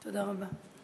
תודה רבה.